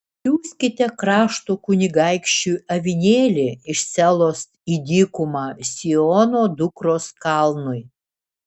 siųskite krašto kunigaikščiui avinėlį iš selos į dykumą siono dukros kalnui